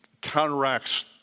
counteracts